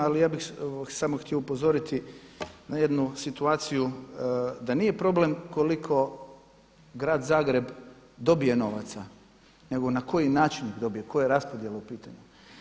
Ali ja bih samo htio upozoriti na jednu situaciju da nije problem koliko grad Zagreb dobije novaca, nego na koji način dobije, koja je raspodjela u pitanju.